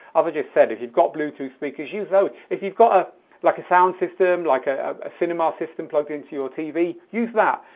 as i just said, if you've got bluetooth speakers, use those. if you've got a like a sound system, like ah a cinema system plugged into your tv, use that.